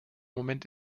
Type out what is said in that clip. moment